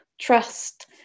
trust